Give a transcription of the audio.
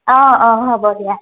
অঁ অঁ হ'ব দিয়া